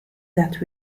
that